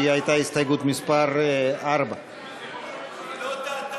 שהייתה הסתייגות מס' 4. היא לא טעתה,